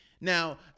Now